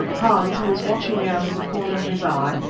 hans, who was watching me out of the corner of his eye,